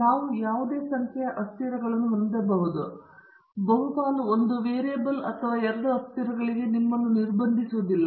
ನಾವು ಯಾವುದೇ ಸಂಖ್ಯೆಯ ಅಸ್ಥಿರಗಳನ್ನು ಹೊಂದಬಹುದು ನೀವು ಬಹುಪಾಲು ಒಂದು ವೇರಿಯೇಬಲ್ ಅಥವಾ ಎರಡು ಅಸ್ಥಿರಗಳಿಗೆ ನಿಮ್ಮನ್ನು ನಿರ್ಬಂಧಿಸುವುದಿಲ್ಲ